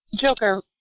Joker